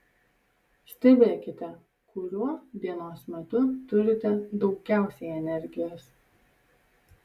stebėkite kuriuo dienos metu turite daugiausiai energijos